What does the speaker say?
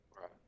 Right